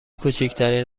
کوچکترین